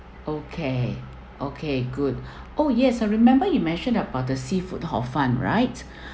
okay okay good oh yes I remember you mentioned about the seafood hor fun right